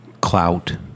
clout